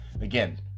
Again